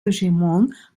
regiment